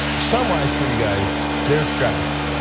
summarize for you guys their strategy.